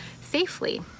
safely